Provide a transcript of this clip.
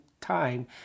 time